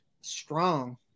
strong